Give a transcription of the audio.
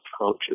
approaches